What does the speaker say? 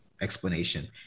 explanation